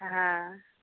हॅं